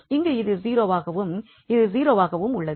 இங்கு இது 0 வாகவும் இது 0 வாகவும் உள்ளது